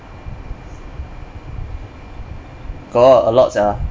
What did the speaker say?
got a lot sia